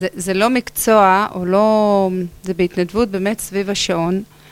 זה לא מקצוע, זה בהתנדבות באמת סביב השעון.